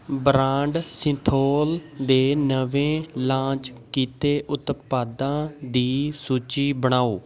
brand Cinthol ਦੇ ਨਵੇਂ launch ਕੀਤੇ ਉਤਪਾਦਾਂ ਦੀ ਸੂਚੀ ਬਣਾਓ